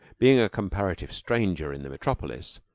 being a comparative stranger in the metropolis,